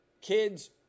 Kids